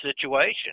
situation